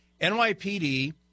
NYPD